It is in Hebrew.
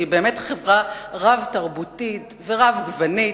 שהיא חברה רב-תרבותית ורבגונית,